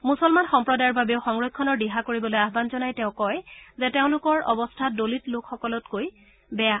মুছলমান সম্প্ৰদায়ৰ বাবেও সংৰক্ষণৰ দিহা কৰিবলৈ আহান জনাই তেওঁ কয় যে তেওঁলোকৰ অৱস্থা দলিতসকলতকৈও বেয়া